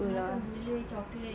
I makan gula chocolate